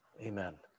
Amen